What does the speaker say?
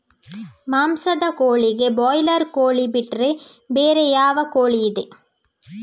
ಮಾಂಸದ ಕೋಳಿಗೆ ಬ್ರಾಲರ್ ಕೋಳಿ ಬಿಟ್ರೆ ಬೇರೆ ಯಾವ ಕೋಳಿಯಿದೆ?